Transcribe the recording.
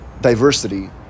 diversity